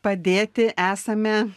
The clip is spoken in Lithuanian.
padėti esame